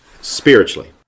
spiritually